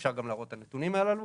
אפשר גם להראות את הנתונים הללו.